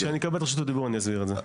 כשאני אקבל את רשות הדיבור אני אסביר את זה.